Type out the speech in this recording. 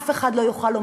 אני רוצה לומר